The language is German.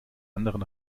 anderen